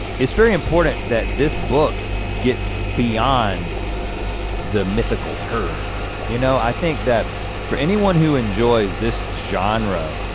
it's very important that this book gets beyond the mythical herd, you know, i think that for anyone who enjoys this genre,